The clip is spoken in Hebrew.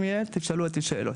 אם יהיה, תשאלו אותי שאלות.